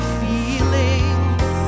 feelings